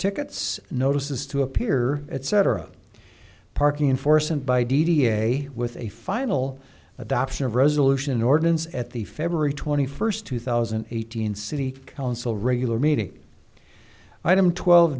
tickets notices to appear etc parking enforcement by d d a with a final adoption of resolution ordinance at the february twenty first two thousand and eighteen city council regular meeting item twelve